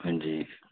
हां जी